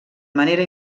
manera